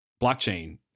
blockchain